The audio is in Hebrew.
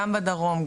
גם בדרום,